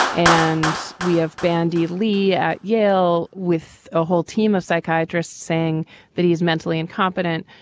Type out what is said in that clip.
and we have bandy lee at yale with a whole team of psychiatrists saying that he's mentally incompetent.